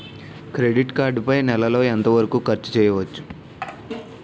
Credit card పై నెల లో ఎంత వరకూ ఖర్చు చేయవచ్చు?